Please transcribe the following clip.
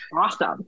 awesome